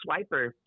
swiper